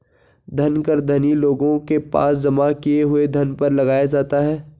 धन कर धनी लोगों के पास जमा किए हुए धन पर लगाया जाता है